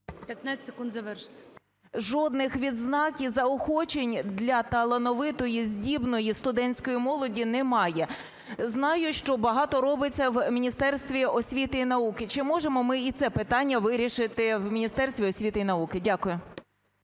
І.М. … жодних відзнак і заохочень для талановитої, здібної студентської молоді немає. Знаю, що багато робиться в Міністерстві освіти і науки, чи можемо ми і це питання вирішити в Міністерстві освіти і науки? Дякую.